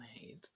made